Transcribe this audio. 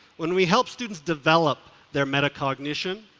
when we help students develop their meta-cognition,